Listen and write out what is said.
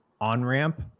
on-ramp